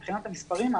מבחינת המספרים,